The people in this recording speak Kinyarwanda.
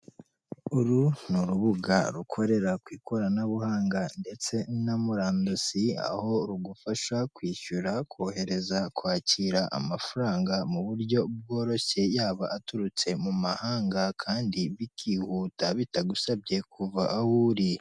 Uru ni urubuga rukorera ku ikoranabuhanga ndetse na murandasi, aho rugufasha kwishyura, kohereza, kwakira amafaranga mu buryo bworoshye, yaba aturutse mu mahanga kandi bikihuta bitagusabye kuva aho uri.